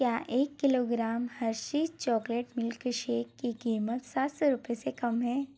क्या एक kilogram Hershey's chocolate milk shake की कीमत सात सौ रुपये से कम है